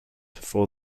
for